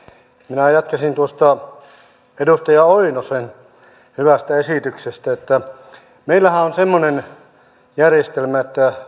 minä ajattelin tuosta edustaja oinosen hyvästä esityksestä että meillähän on on semmoinen järjestelmä että